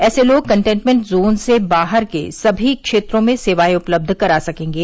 ऐसे लोग containment zone से बाहर के सभी क्षेत्रों में सेवाएं उपलब्ध करा सकेंगे